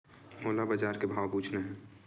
मोला बजार के भाव पूछना हे?